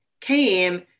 came